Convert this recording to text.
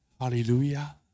Hallelujah